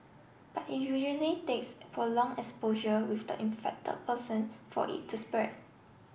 but it usually takes prolong exposure with the infected person for it to spread